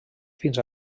fins